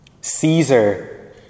Caesar